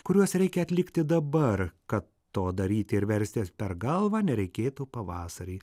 kuriuos reikia atlikti dabar kad to daryti ir verstis per galvą nereikėtų pavasarį